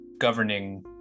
governing